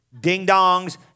ding-dongs